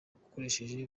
ukoresheje